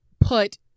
put